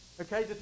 Okay